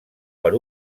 per